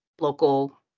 local